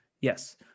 Yes